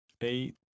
eight